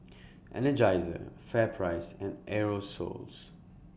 Energizer FairPrice and Aerosoles